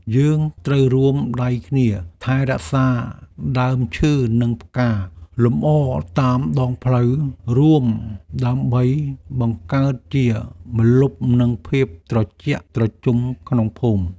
យើងត្រូវរួមដៃគ្នាថែរក្សាដើមឈើនិងផ្កាលម្អតាមដងផ្លូវរួមដើម្បីបង្កើតជាម្លប់និងភាពត្រជាក់ត្រជុំក្នុងភូមិ។